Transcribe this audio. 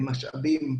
במשאבים,